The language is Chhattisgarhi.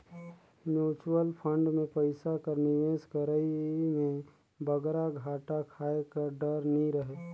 म्युचुवल फंड में पइसा कर निवेस करई में बगरा घाटा खाए कर डर नी रहें